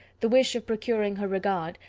the wish of procuring her regard,